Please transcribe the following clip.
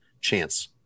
chance